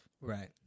right